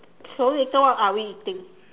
so later what are we eating